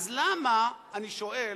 אז למה, אני שואל,